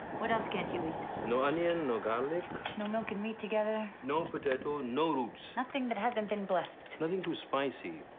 what else can't you eat? no onion, no garlic. no milk and meat together. no potato, no roots. nothing that hasn't been blessed. nothing too spicy.